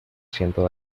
ciento